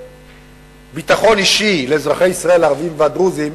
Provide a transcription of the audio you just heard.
וביטחון אישי לאזרחי ישראל הערבים והדרוזים,